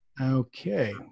Okay